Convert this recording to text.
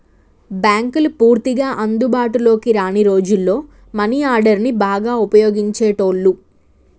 బ్యేంకులు పూర్తిగా అందుబాటులోకి రాని రోజుల్లో మనీ ఆర్డర్ని బాగా వుపయోగించేటోళ్ళు